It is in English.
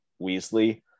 Weasley